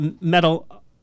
metal